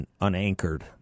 unanchored